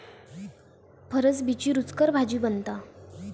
फरसबीची रूचकर भाजी बनता